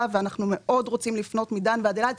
ואנחנו מאוד רוצים לפנות מדן ועד אילת.